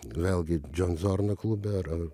vėlgi john zorno klube ar ar